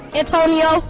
antonio